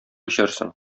эчәрсең